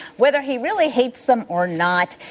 whether he really hates them or not,